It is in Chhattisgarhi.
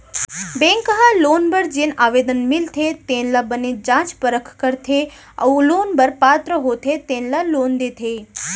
बेंक ह लोन बर जेन आवेदन मिलथे तेन ल बने जाँच परख करथे अउ लोन बर पात्र होथे तेन ल लोन देथे